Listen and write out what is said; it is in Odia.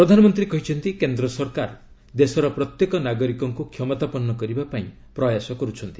ପ୍ରଧାନମନ୍ତ୍ରୀ କହିଛନ୍ତି କେନ୍ଦ୍ର ସରକାର ଦେଶର ପ୍ରତ୍ୟେକ ନାଗରିକଙ୍କୁ କ୍ଷମତାପନ୍ନ କରିବା ପାଇଁ ପ୍ରୟାସ କରୁଛନ୍ତି